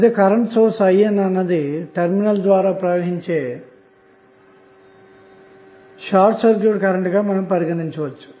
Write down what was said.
అయితే current source IN అన్నది terminals ద్వారా ప్రవహించే షార్ట్ సర్క్యూట్ కరెంటు గా పరిగణించవచ్చు